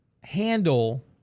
handle